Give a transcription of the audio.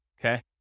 okay